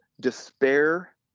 despair